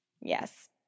Yes